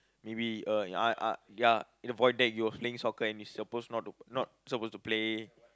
maybe uh ah ah ya in the void deck you were playing soccer and you supposed not not supposed to play